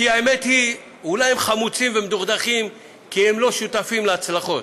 אולי הם חמוצים ומדוכדכים כי הם לא שותפים להצלחות,